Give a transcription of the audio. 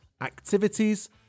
activities